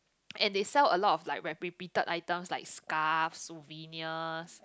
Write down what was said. and they sell a lot of like repi~ repeated items like scarves souvenirs